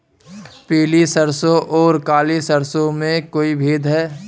पीली सरसों और काली सरसों में कोई भेद है?